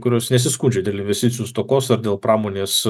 kurios nesiskundžia dėl investicijų stokos ar dėl pramonės